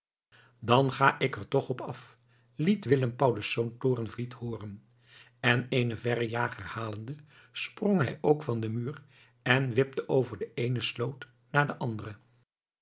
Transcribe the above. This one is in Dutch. dan ga ik er toch op af liet willem paulusz torenvliet hooren en eenen verrejager halende sprong hij ook van den muur en wipte over de eene sloot na de andere